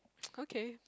okay